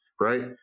right